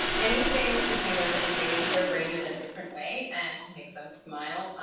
anything to kind of engage their brain in a different way and to make them smile,